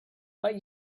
but